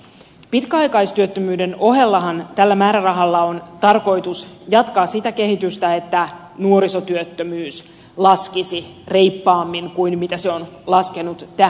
pitkäaikaistyöttömyyden ohellahan tällä määrärahalla on tarkoitus jatkaa sitä kehitystä että nuorisotyöttömyys laskisi reippaammin kuin mitä se on laskenut tähän mennessä